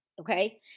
Okay